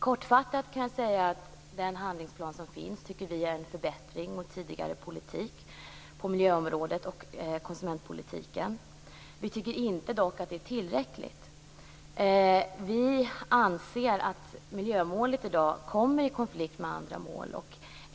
Kortfattat kan jag säga att vi tycker att den handlingsplan som finns är en förbättring mot tidigare politik på miljöområdet och i konsumentpolitiken. Vi tycker dock inte att det är tillräckligt. Vi anser att miljömålet i dag kommer i konflikt med andra mål.